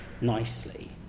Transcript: nicely